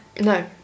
No